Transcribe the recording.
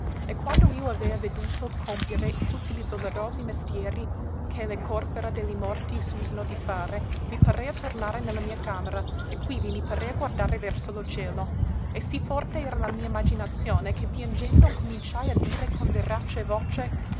e quando io avea veduto compiere tutti li dolorosi mestieri che a le còrpora de li morti s'usano di fare mi parea tornare ne la mia camera e quivi mi parea guardare verso lo cielo e sì forte era la mia imaginazione che piangendo incominciai a dire con verace voce